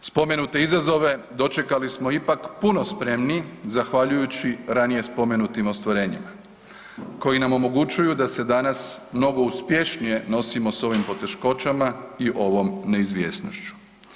Spomenute izazove dočekali smo ipak puno spremniji zahvaljujući ranije spomenutim ostvarenjima koji nam omogućuju da se danas mnogo uspješnije nosimo s ovim poteškoćama i ovom neizvjesnošću.